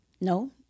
no